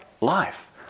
life